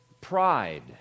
pride